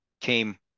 came